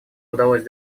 удалось